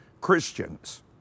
Christians